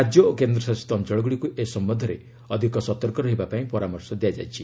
ରାଜ୍ୟ ଓ କେନ୍ଦ୍ରଶାସିତ ଅଞ୍ଚଳଗୁଡ଼ିକୁ ଏ ସମ୍ଭନ୍ଧରେ ଅଧିକ ସତର୍କ ରହିବାକ୍ର ସେ ପରାମର୍ଶ ଦେଇଛନ୍ତି